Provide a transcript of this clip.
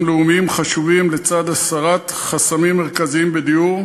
לאומיים חשובים לצד הסרת חסמים מרכזיים בדיור,